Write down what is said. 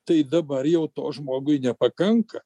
tai dabar jau to žmogui nepakanka